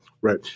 Right